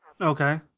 Okay